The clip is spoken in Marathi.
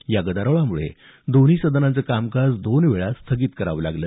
या गदारोळामुळे दोन्ही सदनांचं कामकाज दोन वेळा स्थगित करावं लागलं